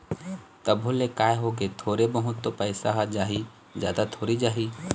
तभो ले काय होगे थोरे बहुत तो पइसा ह जाही जादा थोरी जाही